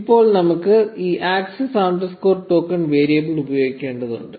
ഇപ്പോൾ നമുക്ക് ഈ ആക്സസ് അണ്ടർസ്കോർ ടോക്കൺ വേരിയബിൾ ഉപയോഗിക്കേണ്ടതുണ്ട്